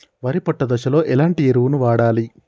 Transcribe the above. వరి పొట్ట దశలో ఎలాంటి ఎరువును వాడాలి?